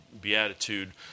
beatitude